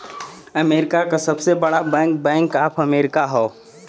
America क सबसे बड़ा बैंक बैंक ऑफ अमेरिका हौ